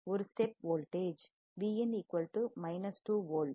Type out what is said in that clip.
ஒரு step voltage படி மின்னழுத்தம் Vin 2 வோல்ட்